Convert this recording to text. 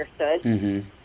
understood